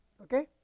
okay